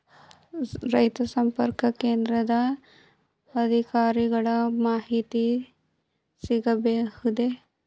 ರೈತ ಸಂಪರ್ಕ ಕೇಂದ್ರದ ಅಧಿಕಾರಿಗಳ ಮಾಹಿತಿ ಸಿಗಬಹುದೇ?